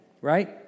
Right